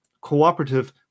cooperative